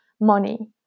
money